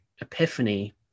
epiphany